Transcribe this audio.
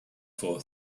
for